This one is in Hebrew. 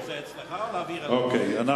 חג שמח.